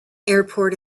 airport